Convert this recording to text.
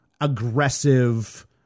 aggressive